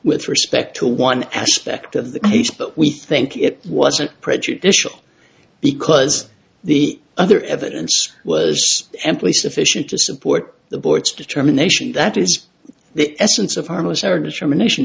with respect to one aspect of the case but we think it was a prejudicial because the other evidence was amply sufficient to support the boy's determination that is the essence of harmless error discrimination